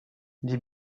les